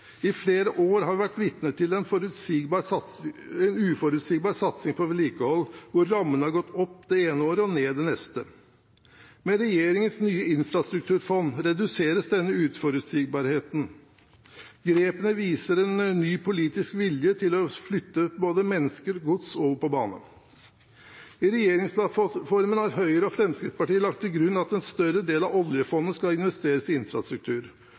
I flere år har vi vært vitne til en uforutsigbar satsing på vedlikehold, hvor rammene har gått opp det ene året og ned det neste. Med regjeringens nye infrastrukturfond reduseres denne uforutsigbarheten. Grepene viser en ny politisk vilje til å flytte både mennesker og gods over på bane. I regjeringsplattformen har Høyre og Fremskrittspartiet lagt til grunn at en større del av oljefondet skal investeres i infrastruktur,